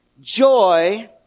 joy